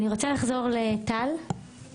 טל זימנבודה,